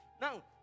Now